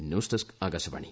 news desk Akashvani